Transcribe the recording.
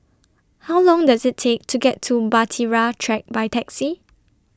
How Long Does IT Take to get to Bahtera Track By Taxi